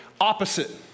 Opposite